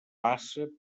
passa